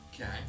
Okay